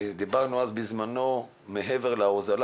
דיברנו בזמנו שמעבר להוזלה